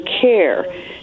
care